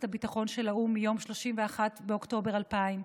הביטחון של האו"ם מיום 31 באוקטובר 2000,